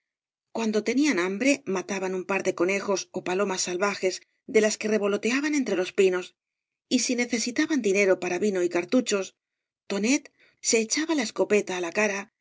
cuando teuían hambre mataban un par de conejos ó palomas salvajes de las que revoloteaban entre los pinos y si necesitabau dinero para vino y cartuehos tonet se echaba la escopeta á la cara